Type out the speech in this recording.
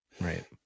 Right